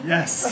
Yes